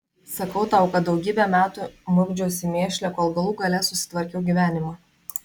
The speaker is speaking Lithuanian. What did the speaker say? sakau tau kad daugybę metų murkdžiausi mėšle kol galų gale susitvarkiau gyvenimą